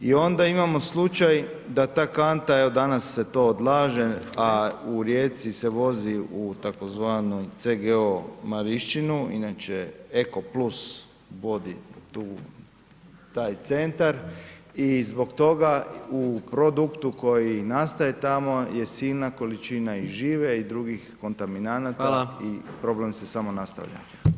I onda imamo slučaj da ta kanta evo danas se to odlaže a u Rijeci se vozi u tzv. CGO Marišćinu, inače Eko plus vodi taj centar i zbog toga u produktu koji nastaje tamo je silna količina i žive i drugih kontaminanata i problem se samo nastavlja.